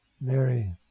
Mary